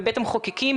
בבית המחוקקים,